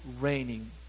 raining